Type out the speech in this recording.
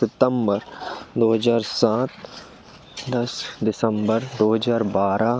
सितंबर दो हज़ार सात दस दिसंबर दो हज़ार बारह